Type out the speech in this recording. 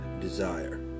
desire